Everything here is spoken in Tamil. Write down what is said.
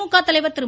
திமுக தலைவர் திரு